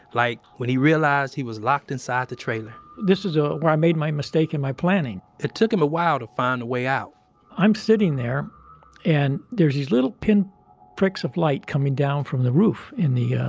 like, when he realized he was locked inside the trailer this is, ah, where i made my mistake in my planning it took him a while to find a way out i'm sitting there and there's these little pinpricks pinpricks of light coming down from the roof in the, yeah